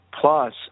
Plus